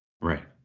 Right